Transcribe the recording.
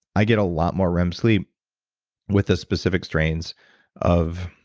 i get a lot more rem sleep with the specific strains of